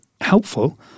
helpful